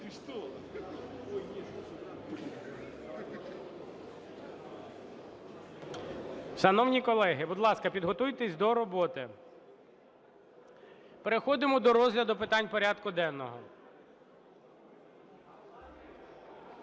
Шановні колеги, будь ласка, підготуйтесь до роботи. Переходимо до розгляду питань порядку денного.